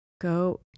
Go